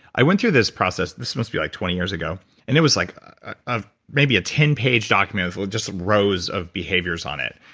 i went through this process, this must be like twenty years ago and it was like maybe a ten page document with just rows of behaviors on it.